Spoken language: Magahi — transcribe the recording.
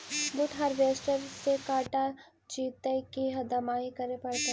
बुट हारबेसटर से कटा जितै कि दमाहि करे पडतै?